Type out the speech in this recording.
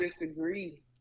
disagree